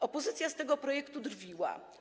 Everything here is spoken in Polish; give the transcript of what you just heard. Opozycja z tego projektu drwiła.